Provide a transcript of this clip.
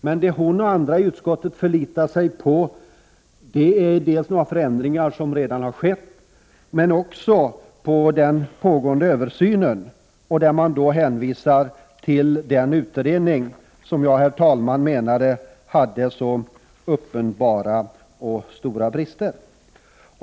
Men det som hon och andra i utskottet förlitar sig på är dels några förändringar som redan har skett, dels den pågående översynen. Man hänvisar alltså till den utredning som enligt min mening, herr talman, uppenbarligen har så stora brister.